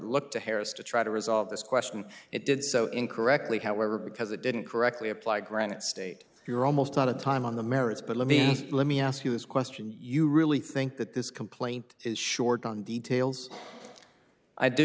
look to harris to try to resolve this question it did so incorrectly however because it didn't correctly apply granite state you're almost out of time on the merits but let me let me ask you this question you really think that this complaint is short on details i do